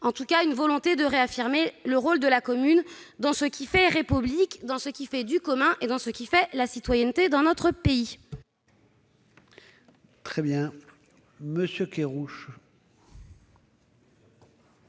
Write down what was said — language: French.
du Gouvernement de réaffirmer le rôle de la commune dans ce qui fait République, dans ce qui fait du commun et dans de ce qui fait la citoyenneté dans notre pays.